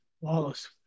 Wallace